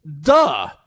duh